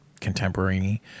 contemporary